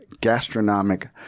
gastronomic